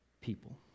people